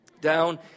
down